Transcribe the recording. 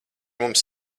mums